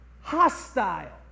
hostile